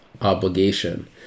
obligation